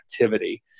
activity